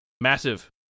massive